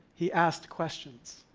he asked questions.